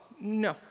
No